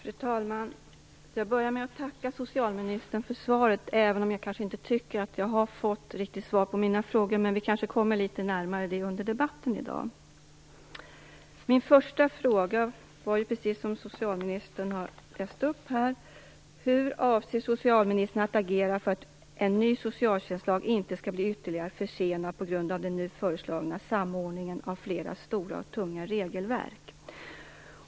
Fru talman! Jag vill börja med att tacka socialministern för svaret, även om jag inte tycker att jag riktigt har fått svar på mina frågor. Men vi kanske kommer svaren litet närmare under debatten. Min första fråga var, precis som socialministern läste upp: Hur avser socialministern att agera för att en ny socialtjänstlag inte skall bli ytterligare försenad på grund av den nu föreslagna samordningen av flera stora och tunga regelverk?